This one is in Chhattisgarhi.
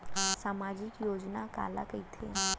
सामाजिक योजना काला कहिथे?